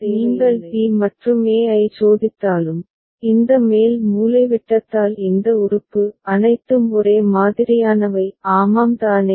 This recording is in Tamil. இது சமமாக இருந்தால் நீங்கள் b மற்றும் a ஐ சோதித்தாலும் இந்த மேல் மூலைவிட்டத்தால் இந்த உறுப்பு அனைத்தும் ஒரே மாதிரியானவை ஆமாம் தானே